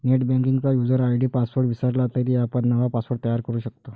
नेटबँकिंगचा user ID password विसरला तरी आपण नवा पासवर्ड तयार करू शकतो